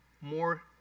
more